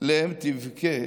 לאם תבכה